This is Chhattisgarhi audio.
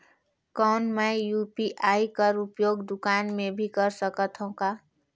कौन मै यू.पी.आई कर उपयोग दुकान मे भी कर सकथव का?